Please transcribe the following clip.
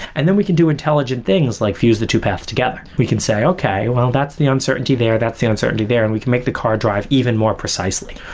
and then we can do intelligent things, like fuse the two paths together. we can say, okay, well that's the uncertainty there. that's the uncertainty there, and we can make the car drive even more precisely.